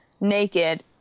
naked